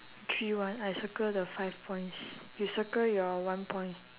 three one I circle the five points you circle your one point